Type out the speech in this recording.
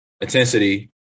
intensity